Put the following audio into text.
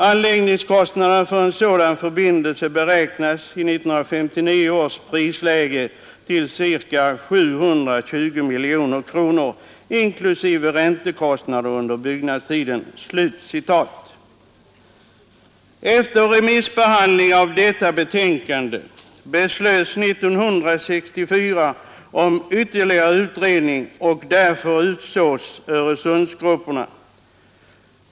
Anläggningskostnaderna för en sådan förbindelse beräknas i 1959 års prisläge till cirka 720 miljoner kronor inklusive räntekostnader under byggnadstiden.” Efter remissbehandling av detta betänkande beslöts 1964 om ytterligare utredning, och därför utsågs Öresundsgrupperna.